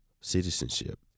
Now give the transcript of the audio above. citizenship